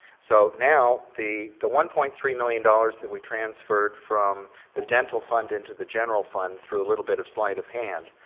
so now the the one point three million dollars that we transferred from the dental fund into the general fund through a little bit of slide of hand,